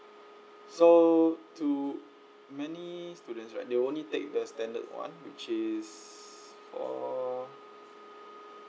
so to many students right they only take the standard one which is for